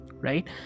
right